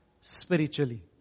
spiritually